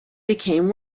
became